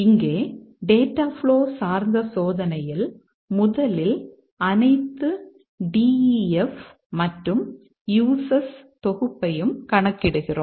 இங்கே data flow சார்ந்த சோதனையில் முதலில் அனைத்து DEF மற்றும் USES தொகுப்பையும் கணக்கிடுகிறோம்